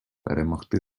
перемогти